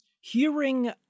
Hearing